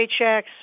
paychecks